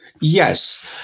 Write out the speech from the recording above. Yes